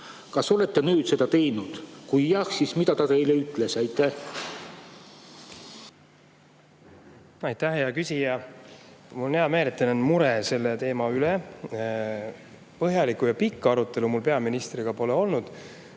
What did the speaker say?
Kas olete seda nüüd teinud? Kui jah, siis mida ta teile ütles? Aitäh, hea küsija! Mul on hea meel, et teil on mure selle teema pärast. Põhjalikku ja pikka arutelu mul peaministriga pole olnud.